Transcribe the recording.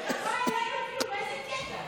אתה בא אלינו, כאילו, באיזה קטע?